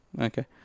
okay